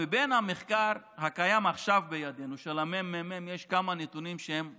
במחקר של הממ"מ הקיים עכשיו בידינו יש כמה נתונים שהם מפחידים,